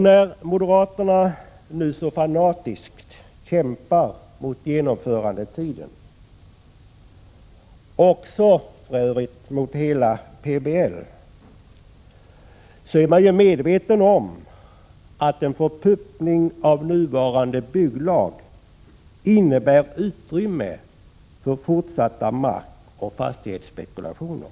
När moderaterna nu så fanatiskt kämpar mot förslaget till genomförandetider — och för övrigt också mot hela förslaget till PBL — måste vi vara medvetna om att en förpuppning av nuvarande bygglag ger utrymme för fortsatta markoch fastighetsspekulationer.